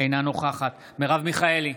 אינה נוכחת מרב מיכאלי,